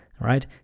right